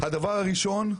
הדבר הראשון,